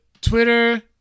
Twitter